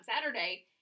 Saturday